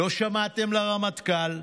לא שמעתם לרמטכ"ל,